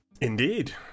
Indeed